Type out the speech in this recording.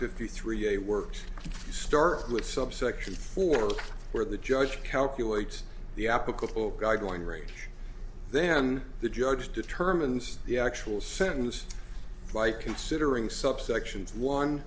fifty three a works start with subsection four where the judge calculates the applicable guideline range then the judge determines the actual sentence by considering subsections one